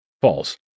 false